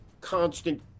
constant